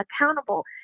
accountable